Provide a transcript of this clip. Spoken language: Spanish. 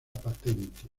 patente